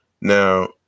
Now